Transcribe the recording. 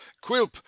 quilp